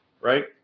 right